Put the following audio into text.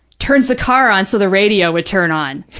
turns the car on so the radio would turn on.